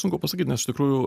sunku pasakyt nes iš tikrųjų